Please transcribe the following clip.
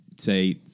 Say